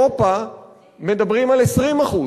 באירופה מדברים על 20%,